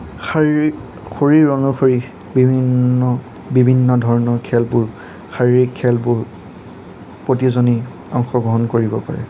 শাৰীৰিক শৰীৰ অনুসৰি বিভিন্ন বিভিন্ন ধৰণৰ খেলবোৰ শাৰীৰিক খেলবোৰ প্ৰতিজনেই অংশগ্ৰহণ কৰিব পাৰে